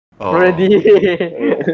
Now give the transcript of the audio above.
Already